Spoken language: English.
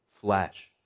flesh